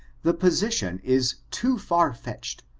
the position is too far fetched,